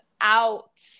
out